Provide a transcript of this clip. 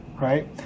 right